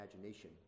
imagination